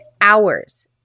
hours